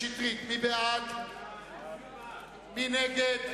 מי נגד?